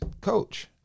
coach